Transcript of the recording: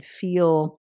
feel